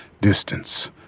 distance